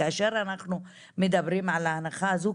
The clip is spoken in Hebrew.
כאשר אנחנו מדברים על ההנחה הזו,